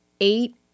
eight